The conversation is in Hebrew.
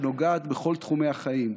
שנוגעת בכל תחומי החיים.